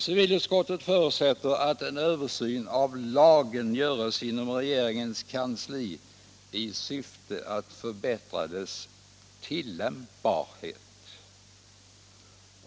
Civilutskottet förutsätter att en översyn av lagen görs inom regeringens kansli i syfte att förbättra dess tillämpbarhet.